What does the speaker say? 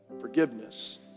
forgiveness